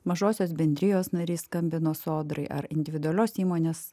mažosios bendrijos narys skambino sodrai ar individualios įmonės